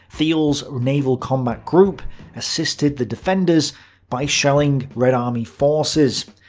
thiele's naval combat group assisted the defenders by shelling red army forces.